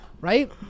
Right